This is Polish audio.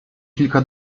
kilka